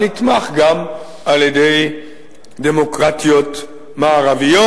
הנתמך גם על-ידי דמוקרטיות מערביות.